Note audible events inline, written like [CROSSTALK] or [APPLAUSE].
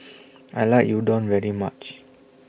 [NOISE] I like Udon very much